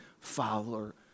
follower